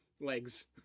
legs